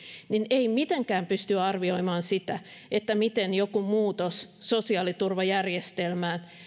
ei mitenkään pysty arvioimaan sitä miten joku muutos sosiaaliturvajärjestelmään